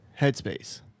headspace